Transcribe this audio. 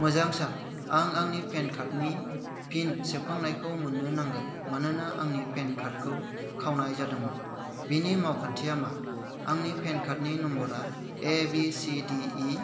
मोजां सान आं आंनि पेन कार्ड नि फिन सेबखांनायखौ मोननो नांगोन मानोना आंनि पेन कार्डखौ खावनाय जादोंमोन बिनि मावखान्थिया मा आंनि पेन कार्डनि नम्बरा एसिदिइ